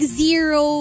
zero